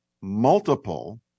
multiple